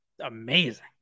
amazing